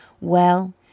Well